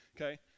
okay